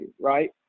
right